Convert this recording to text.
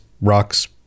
rocks